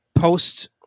post